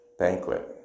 banquet